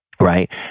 Right